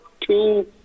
two